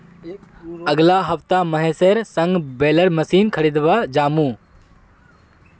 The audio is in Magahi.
अगला हफ्ता महेशेर संग बेलर मशीन खरीदवा जामु